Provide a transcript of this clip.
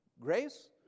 Grace